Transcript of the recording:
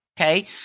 Okay